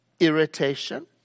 irritation